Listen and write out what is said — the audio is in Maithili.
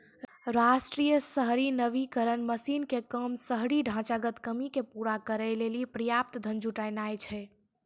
राष्ट्रीय शहरी नवीकरण मिशन के काम शहरी ढांचागत कमी के पूरा करै लेली पर्याप्त धन जुटानाय छै